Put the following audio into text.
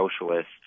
socialist